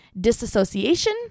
disassociation